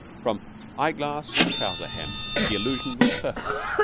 from eye-glass to trouser-hem the illusion was perfect,